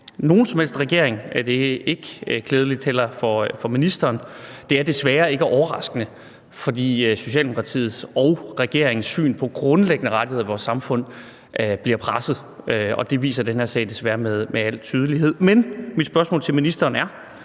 og det er heller ikke klædeligt for ministeren. Det er desværre ikke overraskende, for Socialdemokratiets og regeringens syn på grundlæggende rettigheder i vores samfund bliver presset, og det viser den her sag desværre med al tydelighed. Men mit spørgsmål til ministeren er: